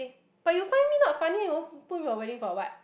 eh but you find me not funny you put me in your wedding for what